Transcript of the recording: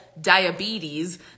diabetes